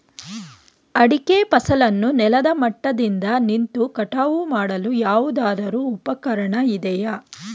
ಅಡಿಕೆ ಫಸಲನ್ನು ನೆಲದ ಮಟ್ಟದಿಂದ ನಿಂತು ಕಟಾವು ಮಾಡಲು ಯಾವುದಾದರು ಉಪಕರಣ ಇದೆಯಾ?